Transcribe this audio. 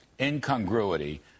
incongruity